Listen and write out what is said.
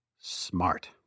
smart